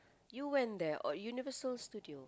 you went there oh Universal Studios